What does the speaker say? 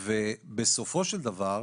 ובסופו של דבר,